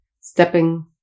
stepping